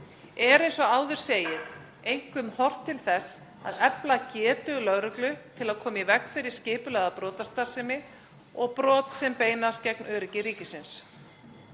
Er eins og áður segir einkum horft til þess að efla getu lögreglu til að koma í veg fyrir skipulagða brotastarfsemi og brot sem beinast gegn öryggi ríkisins.